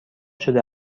شده